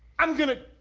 i'm gonna.